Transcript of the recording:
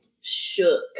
Shook